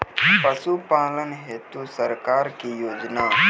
पशुपालन हेतु सरकार की योजना?